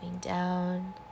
down